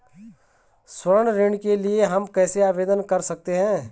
स्वर्ण ऋण के लिए हम कैसे आवेदन कर सकते हैं?